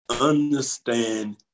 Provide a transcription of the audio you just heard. understand